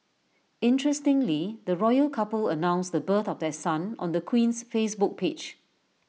interestingly the royal couple announced the birth of their son on the Queen's Facebook page